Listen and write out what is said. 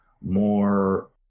more